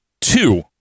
two